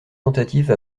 tentative